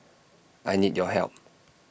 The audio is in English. I need your help